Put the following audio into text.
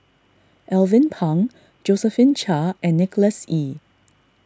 Alvin Pang Josephine Chia and Nicholas Ee